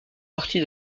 partie